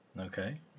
Okay